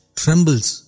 trembles